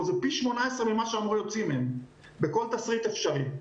זה פי 18 ממה שהמורה יוציא מהם בכל תסריט אפשרי.